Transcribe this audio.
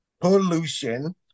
Pollution